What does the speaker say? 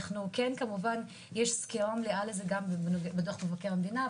כמובן שיש לזה סקירה מלאה גם בדוח מבקר המדינה,